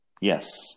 yes